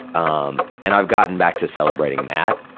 um and i've gotten back to celebrating that,